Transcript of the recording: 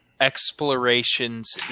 explorations